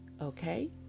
Okay